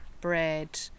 bread